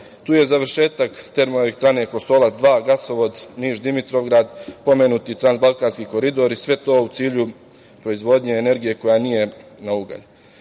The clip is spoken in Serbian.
Tu je završetak termoelektrane Kostolac II, gasovod Niš-Dimitrovgrad, pomenuti Transbalkanski koridor i sve to u cilju proizvodnje energije koja nije na ugalj. Iz